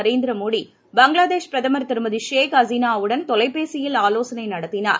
நரேந்திர மோடி பங்களாதேஷ் பிரதமர் திருமதி ஷேக் ஹசீனாவுடன்தொலைபேசியில் ஆலோசனை நடத்தினார்